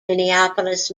minneapolis